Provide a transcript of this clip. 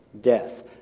death